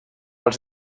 els